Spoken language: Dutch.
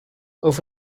over